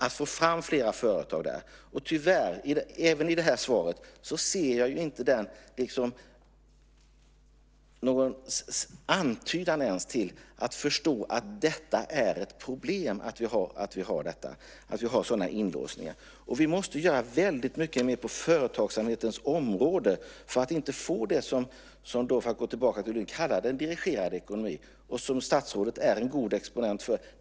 I svaret ser jag tyvärr inte ens en antydan till förståelse för att sådana inlåsningar som vi har är ett problem. Vi måste göra väldigt mycket mer på företagsamhetens område för att inte få en dirigerad ekonomi, som statsrådet är en god exponent för.